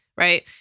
Right